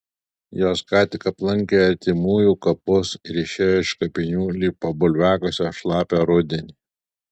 jos ką tik aplankė artimųjų kapus ir išėjo iš kapinių lyg po bulviakasio šlapią rudenį